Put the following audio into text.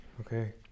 Okay